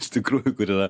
iš tikrųjų kur yra